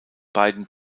beiden